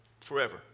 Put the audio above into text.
forever